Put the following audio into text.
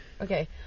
Okay